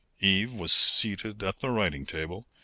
eve was seated at the writing table,